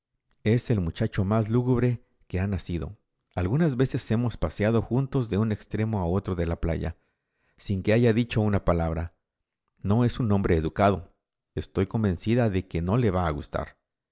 es el muchacho más lúgubre que ha nacido algunas veces hemos paseado juntos de un extremo a otro de la playa sin que haya dicho una palabra no es un hombre educado estoy convencida de que no le va